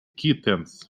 kittens